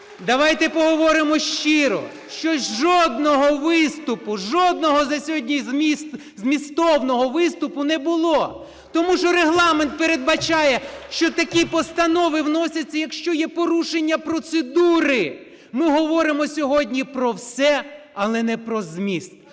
Давайте поговоримо щиро, що жодного виступу, жодного за сьогодні змістовного виступу не було. Тому що Регламент передбачає, що такі постанови вносяться, якщо є порушення процедури. Ми говоримо сьогодні про все, але не про зміст,